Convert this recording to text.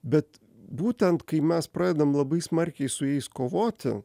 bet būtent kai mes pradedam labai smarkiai su jais kovoti